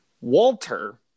walter